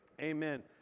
amen